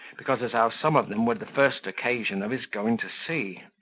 because as how some of them were the first occasion of his going to sea.